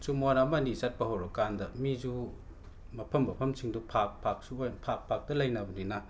ꯁꯨꯝꯃꯣꯟ ꯑꯃꯅꯤ ꯆꯠꯄ ꯍꯧꯔꯛ ꯀꯥꯟꯗ ꯃꯤꯁꯨ ꯃꯐꯝ ꯃꯐꯝꯁꯤꯡꯗꯨ ꯐꯥꯛ ꯐꯥꯛ ꯐꯥꯛ ꯐꯥꯛꯇ ꯂꯩꯅꯕꯅꯤꯅ